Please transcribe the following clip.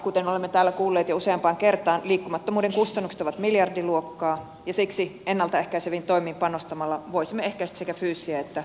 kuten olemme täällä kuulleet jo useampaan kertaan liikkumattomuuden kustannukset ovat miljardiluokkaa ja siksi ennalta ehkäiseviin toimiin panostamalla voisimme ehkäistä sekä fyysisiä että psyykkisiä ongelmia